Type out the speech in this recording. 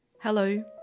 Hello